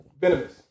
venomous